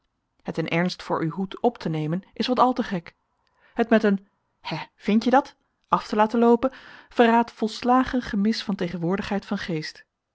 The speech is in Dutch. het in ernst voor uw hoed op te nemen is wat al te gek het met een hé vindje dat af te laten loopen verraadt volslagen gemis van tegenwoordigheid van geest